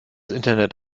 internet